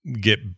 get